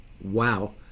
Wow